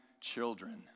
children